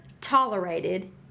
tolerated